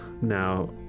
now